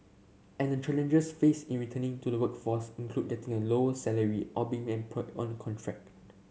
and the challenges faced in returning to the workforce include getting a lower salary or on contract